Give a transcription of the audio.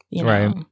Right